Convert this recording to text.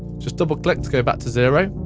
just double-click to go back to zero.